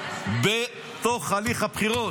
בתוך הליך הבחירות.